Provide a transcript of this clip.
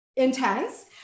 intense